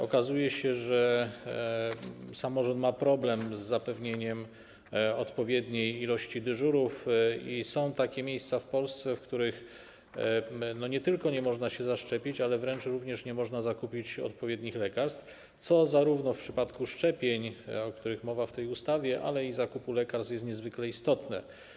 Okazuje się, że samorząd ma problem z zapewnieniem odpowiedniej ilości dyżurów i są takie miejsca w Polsce, w których nie tylko nie można się zaszczepić, ale wręcz również nie można zakupić odpowiednich lekarstw, co zarówno w przypadku szczepień, o których mowa w tej ustawie, jak i zakupu lekarstw jest niezwykle istotne.